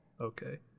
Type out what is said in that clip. okay